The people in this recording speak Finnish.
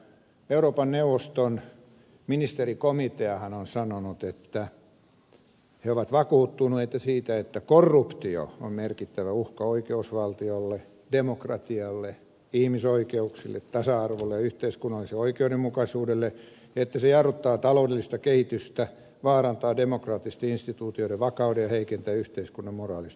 euroopan neuvoston ministerikomiteahan on sanonut että he ovat vakuuttuneita siitä että korruptio on merkittävä uhka oikeusvaltiolle demokratialle ihmisoikeuksille tasa arvolle ja yhteiskunnalliselle oikeudenmukaisuudelle että se jarruttaa taloudellista kehitystä vaarantaa demokraattisten instituutioiden vakauden ja heikentää yhteiskunnan moraalista perustaa